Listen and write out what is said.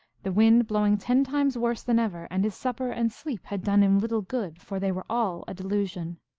the wind blowing ten times worse than ever, and his supper and sleep had done him little good, for they were all a delusion.